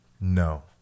No